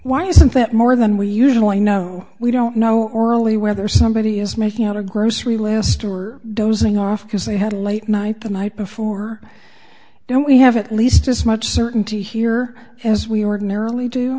why isn't that more than we usually know we don't know orally whether somebody is making out a grocery list or dozing off because they had a late night the night before and we have at least as much certainty here as we ordinarily do